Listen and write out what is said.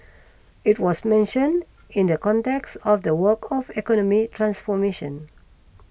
it was mentioned in the context of the work of economic transformation